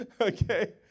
Okay